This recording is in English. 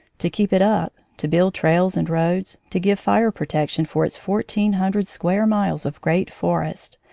to keep it up, to build trails and roads, to give fire protection for its fourteen hundred square miles of great forest,